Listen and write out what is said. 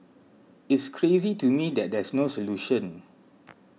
it's crazy to me that there's no solution